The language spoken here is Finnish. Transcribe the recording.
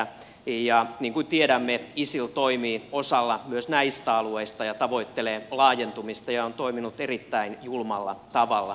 ja niin kuin tiedämme isil toimii osassa myös näistä alueista ja tavoittelee laajentumista ja on toiminut erittäin julmalla tavalla